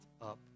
up